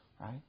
right